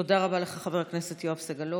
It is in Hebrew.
תודה רבה לך, חבר הכנסת יואב סגלוביץ'.